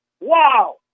Wow